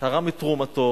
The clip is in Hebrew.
תרם את תרומתו